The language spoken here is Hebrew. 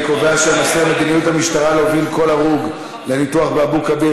אני קובע שהנושא: מדיניות המשטרה להוביל כל הרוג לניתוח באבו כביר,